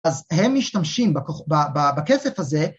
‫אז הם משתמשים בכסף הזה...